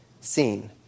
seen